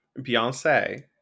beyonce